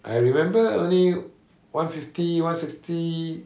I remember only one fifty one sixty